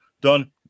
done